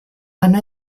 hanno